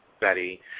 Betty